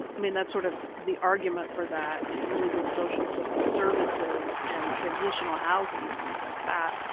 i mean that's sort of the argument for that and really good social so services and transitional housing and things like that.